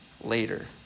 later